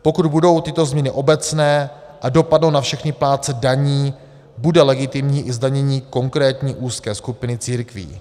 Pokud budou tyto změny obecné a dopadnou na všechny plátce daní, bude legitimní i zdanění konkrétní úzké skupiny církví.